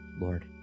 Lord